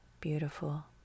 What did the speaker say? beautiful